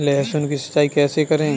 लहसुन की सिंचाई कैसे करें?